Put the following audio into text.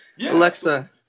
Alexa